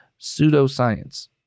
pseudoscience